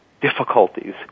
difficulties